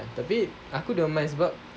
ah tapi aku don't mind sebab